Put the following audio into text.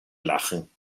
lachen